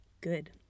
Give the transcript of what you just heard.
Good